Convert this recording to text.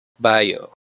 Bayo